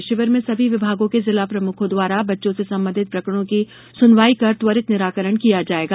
इस शिविर में सभी विभागों के जिला प्रमुखों द्वारा बच्चों से संबंधित प्रकरणों की सुनवाई कर त्वरित निराकरण किया जाएगा